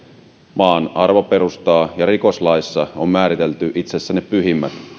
maan arvoperustaa ja rikoslaissa on määritelty itse asiassa ne pyhimmät